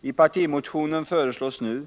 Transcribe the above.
I partimotionen föreslås nu